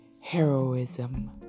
heroism